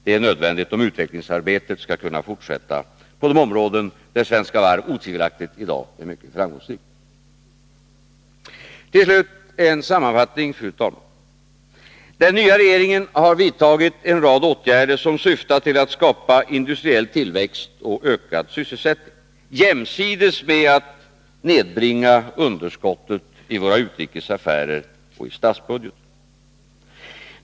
Det är nödvändigt om utvecklingsarbetet skall kunna fortsätta på de områden där Svenska Varv otvivelaktigt i dag är mycket framgångsrikt. Till slut, fru talman, vill jag göra en sammanfattning. Den nya regeringen har vidtagit en rad åtgärder som syftar till att skapa industriell tillväxt och ökad sysselsättning jämsides med att nedbringa underskottet i våra utrikesaffärer och i statsbudgeten.